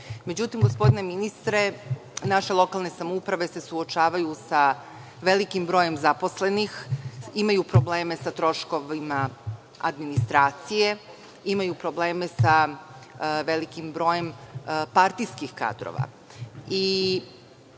Međutim, gospodine ministre, naše lokalne samouprave se suočavaju sa velikim brojem zaposlenih, imaju probleme sa troškovima administracije, imaju probleme sa velikim brojem partijskih kadrova.